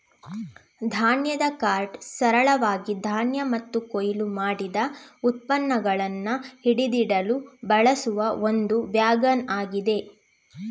ಧಾನ್ಯದ ಕಾರ್ಟ್ ಸರಳವಾಗಿ ಧಾನ್ಯ ಮತ್ತು ಕೊಯ್ಲು ಮಾಡಿದ ಉತ್ಪನ್ನಗಳನ್ನ ಹಿಡಿದಿಡಲು ಬಳಸುವ ಒಂದು ವ್ಯಾಗನ್ ಆಗಿದೆ